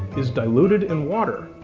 is diluted in water,